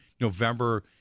November